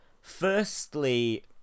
Firstly